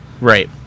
Right